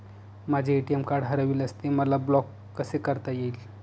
माझे ATM card हरविल्यास ते मला ब्लॉक कसे करता येईल?